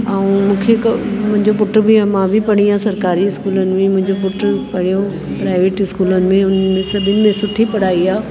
ऐं मूंखे क मुंहिंजो पुट बि आहे मां बि पढ़ी आहियां सरकारी स्कूलनि में मुंहिंजो पुट पढ़ियो प्राइविट स्कूलनि में उन्हनि सभिनी में सुठी पढ़ाई आहे